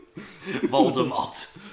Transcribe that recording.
Voldemort